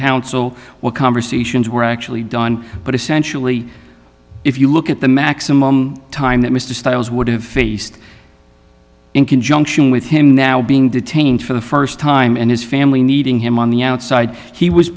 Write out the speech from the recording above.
counsel what conversations were actually done but essentially if you look at the maximum time that mr stiles would have faced in conjunction with him now being detained for the st time and his family needing him on the outside he was